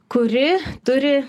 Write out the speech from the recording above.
kuri turi